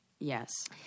Yes